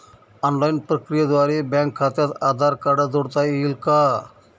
Online प्रक्रियेद्वारे bank खात्यास Aadhaar card जोडता येईल का?